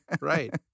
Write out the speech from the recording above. right